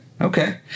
okay